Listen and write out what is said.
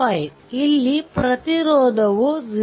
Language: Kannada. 5 ಇಲ್ಲಿ ಪ್ರತಿರೋಧವು 0